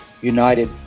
united